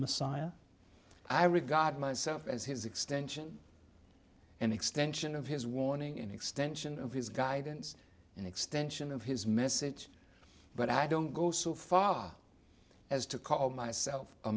messiah i regard myself as his extension and extension of his warning and extension of his guidance and extension of his message but i don't go so far as to call myself a